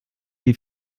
die